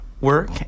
work